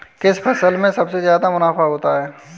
किस फसल में सबसे जादा मुनाफा होता है?